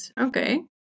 Okay